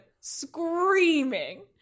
screaming